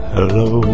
Hello